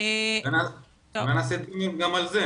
אני שומעת את הדיון, עלתה שאלה מסוימת?